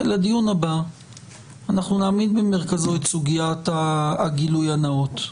לדיון הבא אנחנו נעמיד במרכזו את סוגיית הגילוי הנאות,